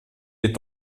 est